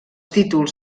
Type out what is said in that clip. títols